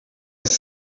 jest